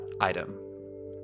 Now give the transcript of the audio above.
item